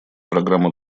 программа